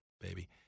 baby